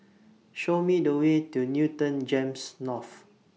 Show Me The Way to Newton Gems North